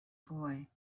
boy